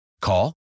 Call